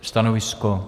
Stanovisko?